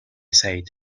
said